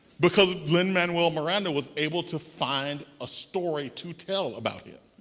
because lin-manual miranda was able to find a story to tell about him.